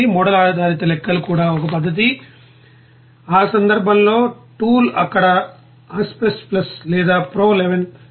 model ఆధారిత లెక్కలు కూడా ఒక పద్ధతి ఆ సందర్భంలో టూల్ అక్కడ ఆస్పెన్ ప్లస్ లేదా ప్రో II